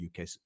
UK